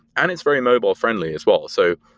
and it's very mobile friends as well. so,